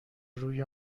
روی